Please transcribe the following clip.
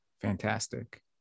Fantastic